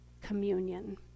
communion